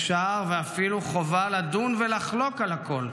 אפשר ואפילו חובה לדון ולחלוק על הכול,